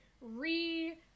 re-